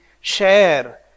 share